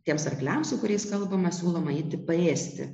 tiems arkliams su kuriais kalbama siūloma eiti paėsti